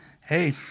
Hey